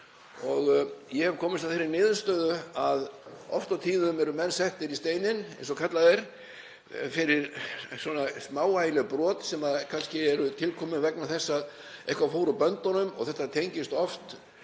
Ég hef komist að þeirri niðurstöðu að oft og tíðum eru menn settir í steininn, eins og kallað er, fyrir smávægileg brot sem kannski eru til komin vegna þess að eitthvað fór úr böndunum. Þetta tengist oft